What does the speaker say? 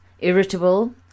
irritable